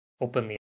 openly